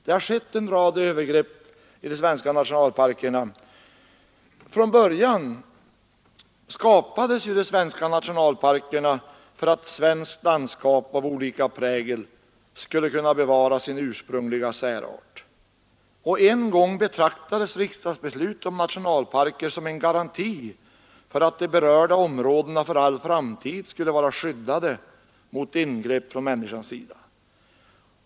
Det har skett en rad övergrepp i de svenska nationalparkerna. Från början skapades ju dessa för att svenskt landskap av olika prägel skulle kunna bevara sin ursprungliga särart. En gång betraktades riksdagsbeslut om nationalparker som en garanti för att de berörda områdena för all framtid skulle vara skyddade mot ingrepp från människans sida.